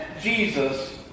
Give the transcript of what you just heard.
Jesus